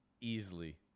easily